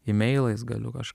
imeilais galiu kažk